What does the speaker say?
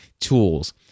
tools